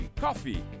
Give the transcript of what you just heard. coffee